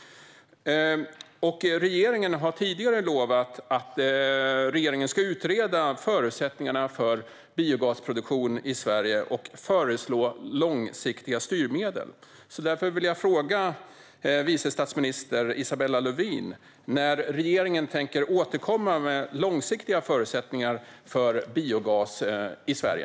Och regeringen har tidigare lovat att utreda förutsättningarna för biogasproduktion i Sverige och föreslå långsiktiga styrmedel. Jag vill därför fråga vice statsminister Isabella Lövin när regeringen tänker återkomma med förslag på långsiktiga förutsättningar för biogasproduktion i Sverige.